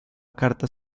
carta